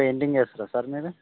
painting వేస్తారా sir మీరు